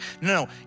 no